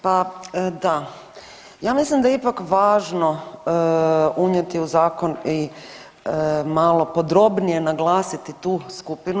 Pa da, ja mislim da je ipak važno unijeti u zakon i malo podrobnije naglasiti tu skupinu.